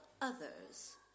others